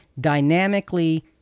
dynamically